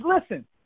listen